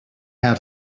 how